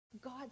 God